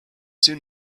soon